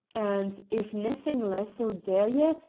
and, if naething less'll dae ye,